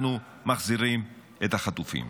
אנחנו מחזירים את החטופים.